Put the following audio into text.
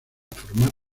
formar